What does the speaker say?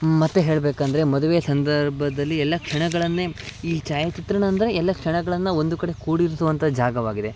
ಮತ್ತು ಹೇಳಬೇಕಂದ್ರೆ ಮದುವೆ ಸಂದರ್ಭದಲ್ಲಿ ಎಲ್ಲ ಕ್ಷಣಗಳನ್ನೇ ಈ ಛಾಯಾಚಿತ್ರಣ ಅಂದರೆ ಎಲ್ಲ ಕ್ಷಣಗಳನ್ನು ಒಂದು ಕಡೆ ಕೂಡಿರಿಸುವಂಥ ಜಾಗವಾಗಿದೆ